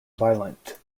violent